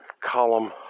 column